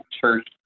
church